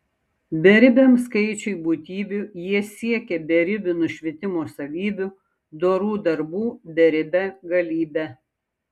beribiam skaičiui būtybių jie siekia beribių nušvitimo savybių dorų darbų beribe galybe